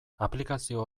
aplikazio